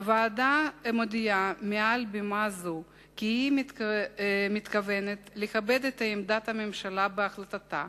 הוועדה מודיעה מעל בימה זו כי היא מתכוונת לכבד את עמדת הממשלה בהחלטתה,